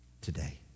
today